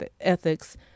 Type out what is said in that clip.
ethics